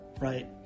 right